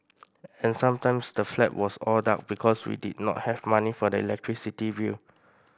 and sometimes the flat was all dark because we did not have money for the electricity bill